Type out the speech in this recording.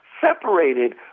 separated